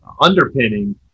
underpinning